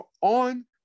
on